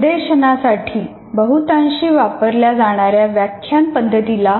निर्देशनासाठी बहुतांशी वापरल्या जाणाऱ्या व्याख्यान पद्धतीला